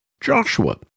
Joshua